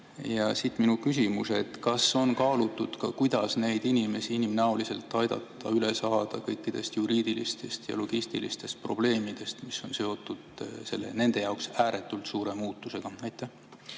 Siit minu küsimus: kas on kaalutud ka seda, kuidas neid inimesi inimnäoliselt aidata üle saada kõikidest juriidilistest ja logistilistest probleemidest, mis on seotud selle nende jaoks ääretult suure muutusega? Aitäh,